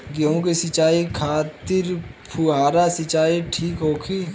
गेहूँ के सिंचाई खातिर फुहारा सिंचाई ठीक होखि?